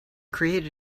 created